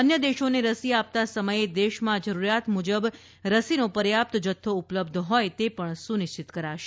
અન્ય દેશોને રસી આપતા સમયે દેશમાં જરૂરીયાત મુજબ રસીનો પર્યાપ્ત સ્ટોક ઉપલબ્ધ હોય તે સુનિશ્ચિત કરાશે